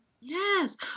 Yes